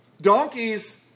donkeys